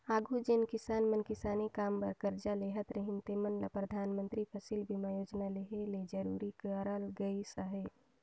आघु जेन किसान मन किसानी काम बर करजा लेहत रहिन तेमन ल परधानमंतरी फसिल बीमा योजना लेहे ले जरूरी करल गइस अहे